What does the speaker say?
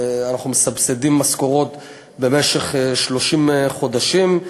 אנחנו מסבסדים משכורות במשך 30 חודשים,